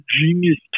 genius